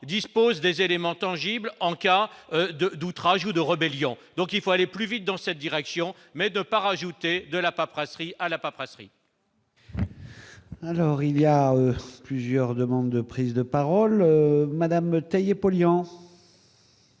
disposent des éléments tangibles en cas de doute rajout de rebelles Lyon donc il faut aller plus vite dans cette direction, mais de ne pas rajouter de la paperasserie à la paperasserie. Alors il y a plusieurs demandes de prise de parole Madame taillé